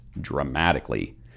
dramatically